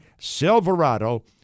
Silverado